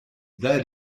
that